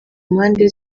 mpande